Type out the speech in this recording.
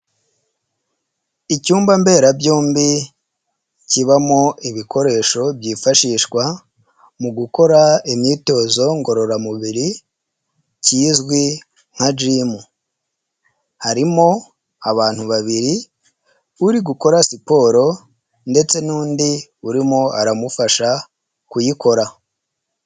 Icyumba mberabyombi kibamo ibikoresho byifashishwa mu gukora imyitozo ngororamubiri kizwi nka jimu, harimo abantu babiri uri gukora siporo ndetse n'undi urimo aramufasha kuyikora.